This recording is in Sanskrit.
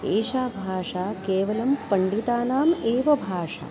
एषा भाषा केवलं पण्डितानाम् एव भाषा